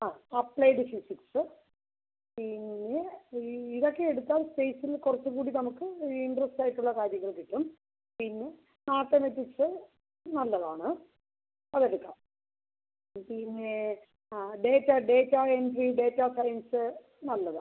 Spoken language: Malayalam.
ആ അപ്ലൈഡ് ഫിസിക്സ് പിന്നെ ഈ ഇതൊക്കെ എടുത്താൽ സ്പേസിൽ കുറച്ച് കൂടി നമുക്ക് ഇൻ്ററസ്റ്റായിട്ടുള്ള കാര്യങ്ങൾ കിട്ടും പിന്നെ മാത്തമാറ്റിക്സ് നല്ലതാണ് അത് എടുക്കാം പിന്നെ ആ ഡേറ്റ ഡേറ്റ എങ്കിൽ ഡേറ്റ സയൻസ് നല്ലതാണ്